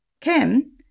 Kim